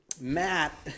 Matt